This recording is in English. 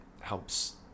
helps